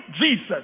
Jesus